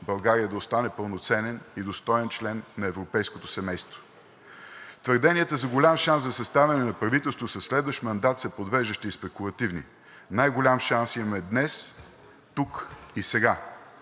България да остане пълноценен и достоен член на европейското семейство. Твърденията за голям шанс за съставяне на правителство със следващ мандат са подвеждащи и спекулативни. Най-голям шанс имаме днес тук и сега